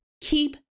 keep